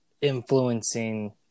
influencing